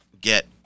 get